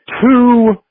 two